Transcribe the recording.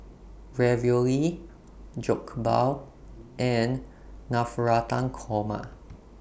Ravioli Jokbal and Navratan Korma